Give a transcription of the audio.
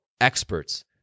experts